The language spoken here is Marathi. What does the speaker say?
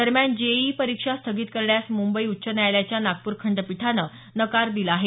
दरम्यान जेईई परीक्षा स्थगित करण्यास मुंबई उच्च न्यायालयाच्या नागपूर खंडपीठानं नकार दिला आहे